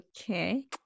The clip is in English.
Okay